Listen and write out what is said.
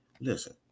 listen